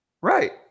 Right